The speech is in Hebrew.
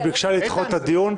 כי היא ביקשה להיות נוכחת בדיון.